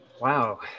Wow